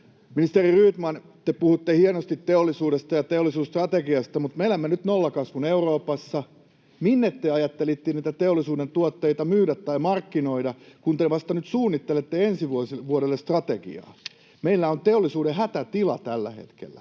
Ministeri Rydman, te puhutte hienosti teollisuudesta ja teollisuusstrategiasta, mutta me elämme nyt nollakasvun Euroopassa. Minne te ajattelitte näitä teollisuuden tuotteita myydä tai markkinoida, kun te vasta nyt suunnittelette ensi vuodelle strategiaa? Meillä on teollisuuden hätätila tällä hetkellä.